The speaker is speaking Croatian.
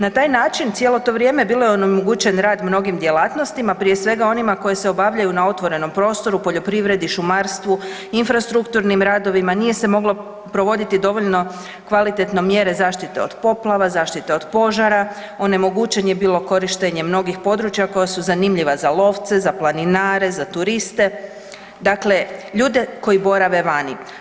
Na taj način cijelo to vrijeme bilo je onemogućen rad mnogim djelatnostima, prije svega onima koji se obavljaju na otvorenom prostoru, poljoprivredi, šumarstvu, infrastrukturnim radovima, nije se moglo provoditi dovoljno kvalitetno mjere zaštite od poplava, zaštite od požara, onemogućeno je bilo korištenje mnogih područja koja su zanimljiva za lovce, za planinare, za turiste dakle ljude koji borave vani.